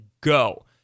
go